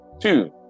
two